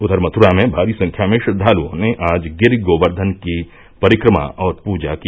उधर मथुरा में भारी संख्या में श्रद्वालुओं ने आज गिरि गोवर्धन की परिक्रमा और पूजा की